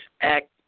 act